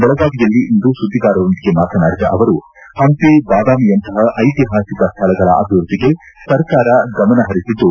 ಬೆಳಗಾವಿಯಲ್ಲಿಂದು ಸುದ್ದಿಗಾರರೊಂದಿಗೆ ಮಾತನಾಡಿದ ಅವರು ಹಂಪಿ ಬಾದಾಮಿಯಂತಹ ಐತಿಹಾಸಿಕ ಸ್ವಳಗಳ ಅಭಿವೃದ್ದಿಗೆ ಸರ್ಕಾರ ಗಮನ ಹರಿಸಿದ್ದು